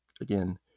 again